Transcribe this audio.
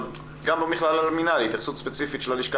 אבל גם מהמכללה למינהל יש התייחסות ספציפית של הלשכה